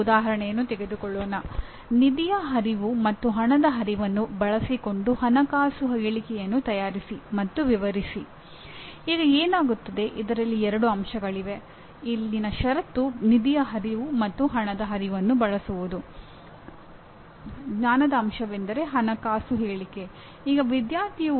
engineer ಮಾಡುವ ಯಾವುದೇ ಕೆಲಸವಾಗಲಿ ಅದು ಯಾರೊಬ್ಬರ ಅಗತ್ಯವನ್ನು ಪೂರೈಸಬೇಕು